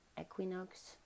equinox